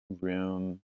Room